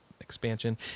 expansion